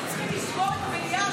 אתם צריכים לסגור את המליאה,